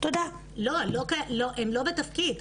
הם לא בתפקיד.